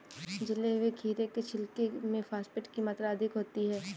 जले हुए खीरे के छिलके में फॉस्फेट की मात्रा अधिक होती है